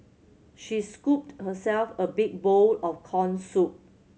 she scooped herself a big bowl of corn soup